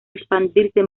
expandirse